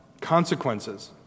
consequences